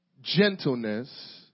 gentleness